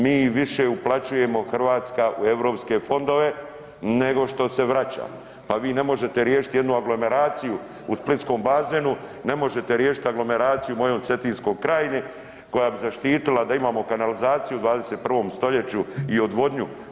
Mi više uplaćujemo Hrvatska u EU fondove nego što se vraća, pa vi ne možete riješiti jednu aglomeraciju u splitskom bazenu, ne možete riješiti aglomeraciju mojom Cetinskom krajini, koja bi zaštitila, da imamo kanalizaciju u 21. st. i odvodnju.